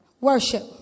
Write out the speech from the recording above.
worship